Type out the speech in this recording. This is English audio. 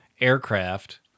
aircraft